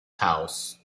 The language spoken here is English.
house